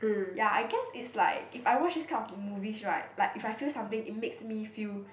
ya I guess it's like if I watch this kind of movies right like if I feel something it makes me feel